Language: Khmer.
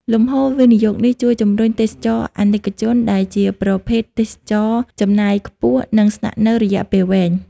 លំហូរវិនិយោគនេះជួយជំរុញ "ទេសចរណ៍អនិកជន" ដែលជាប្រភេទទេសចរណ៍ចំណាយខ្ពស់ និងស្នាក់នៅរយៈពេលវែង។